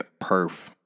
perf